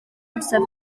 amser